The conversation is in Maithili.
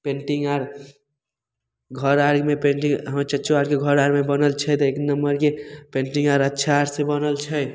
पेन्टिंग आर घर आरमे पेन्टिंग हमर चच्चो आरके घर आरमे बनल छै तऽ एक नम्मरके पेन्टिंग आर अच्छा आरसँ बनल छै